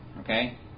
okay